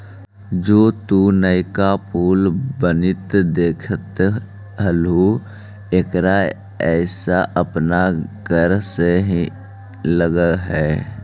जे तु नयका पुल बनित देखित हहूँ एकर पईसा अपन कर से ही लग हई